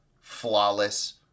Flawless